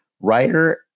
writer